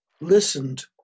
listened